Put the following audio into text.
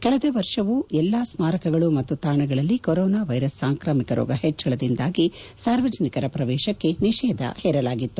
ಕಳೆದ ವರ್ಷವೂ ಎಲ್ಲಾ ಸ್ಮಾರಕಗಳು ಮತ್ತು ತಾಣಗಳಲ್ಲಿ ಕೊರೋನಾ ವೈರಸ್ ಸಾಂಕ್ರಾಮಿಕ ರೋಗ ಹೆಚ್ಚಳದಿಂದಾಗಿ ಸಾರ್ವಜನಿಕರ ಪ್ರವೇಶಕ್ಕೆ ನಿಷೇಧ ಹೇರಲಾಗಿತ್ತು